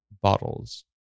bottles